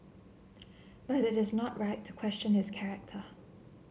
but it is not right to question his character